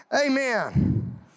Amen